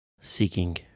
seeking